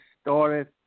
started